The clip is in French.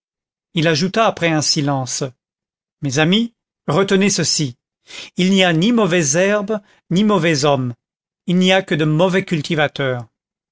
il ajouta après un silence mes amis retenez ceci il n'y a ni mauvaises herbes ni mauvais hommes il n'y a que de mauvais cultivateurs